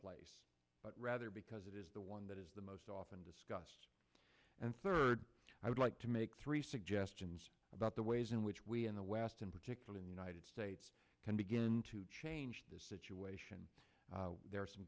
place but rather because it is the one that is the most often discussed and third i would like to make three suggestions about the ways in which we in the west in particular in the united states can begin to change this situation there are some